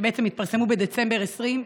שהתפרסמו בדצמבר 2020,